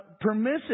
permissive